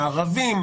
הערבים,